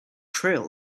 trail